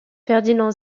ferdinand